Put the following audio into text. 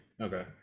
Okay